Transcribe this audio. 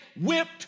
whipped